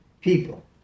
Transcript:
people